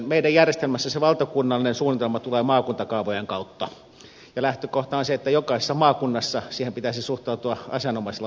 meidän järjestelmässämme se valtakunnallinen suunnitelma tulee maakuntakaavojen kautta ja lähtökohta on se että jokaisessa maakunnassa siihen pitäisi suhtautua asianomaisella vakavuudella